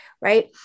Right